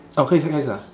orh 可以先开始啊